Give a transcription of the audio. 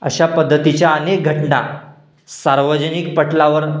अशा पद्धतीच्या अनेक घटना सार्वजनिक पटलावर